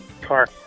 Car